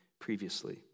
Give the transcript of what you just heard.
previously